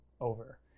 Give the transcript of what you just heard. over